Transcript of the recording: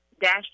dash